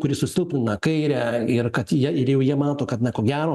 kuri susilpnina kairę ir kad jie ir jau jie mato kad na ko gero